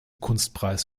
kunstpreis